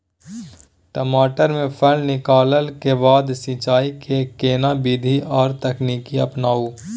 टमाटर में फल निकलला के बाद सिंचाई के केना विधी आर तकनीक अपनाऊ?